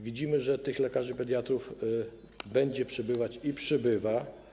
Widzimy, że tych lekarzy pediatrów będzie przybywać i przybywa.